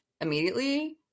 immediately